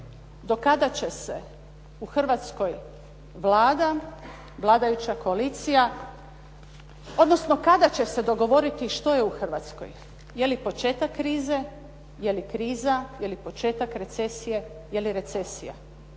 Do kada će se u Hrvatskoj Vlada, vladajuća koalicija, odnosno kada će se dogovoriti što je u Hrvatskoj? Je li početak krize, je li kriza, je li početak recesije, je li recesija?